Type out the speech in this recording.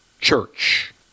church